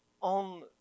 on